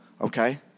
okay